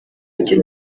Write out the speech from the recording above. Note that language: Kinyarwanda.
icyo